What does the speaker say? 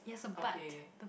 okay